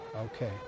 Okay